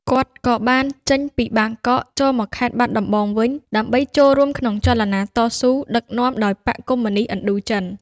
គាត់ក៏បានចេញពីបាងកក ចូលមកខេត្តបាត់ដំបងវិញ ដើម្បីចូលរួមក្នុងចលនាតស៊ូ ដឹកនាំដោយបក្សកុម្មុយនិស្តឥណ្ឌូចិន។